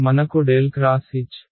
మనకు ∇ X H